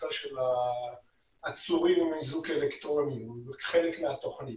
בקבוצה של העצורים באיזוק אלקטרוני, חלק מהתוכנית.